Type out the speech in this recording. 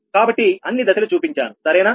కాబట్టి అన్ని దశలు చూపించాను సరేనా